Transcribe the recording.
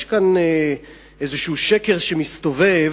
יש כאן איזה שקר שמסתובב,